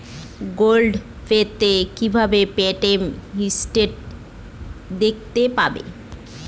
Google Pay তে কিভাবে payment history দেখতে পারবো?